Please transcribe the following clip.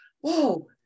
whoa